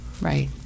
Right